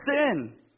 sin